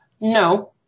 No